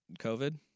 COVID